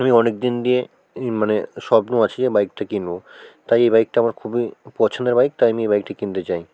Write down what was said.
আমি অনেক দিন দিয়ে মানে স্বপ্ন আছে এ বাইকটা কিনব তাই এই বাইকটা আমার খুবই পছন্দের বাইক তাই আমি এ বাইকটা কিনতে চাই